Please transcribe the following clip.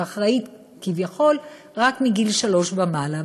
היא אחראית כביכול רק מגיל שלוש ומעלה,